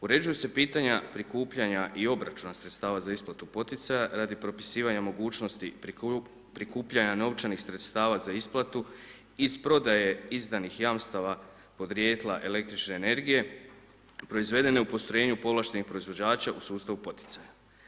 Uređuju se pitanje prikupljanja i obračuna sredstava za isplatu poticaja, radi propisivanja mogućnosti prikupljanja novčanih sredstava za isplatu, iz prodaje izdanih jamstava, podrijetla el. energije, proizvedene u postrojenju povlaštenih proizvođača u sustavu poticaja.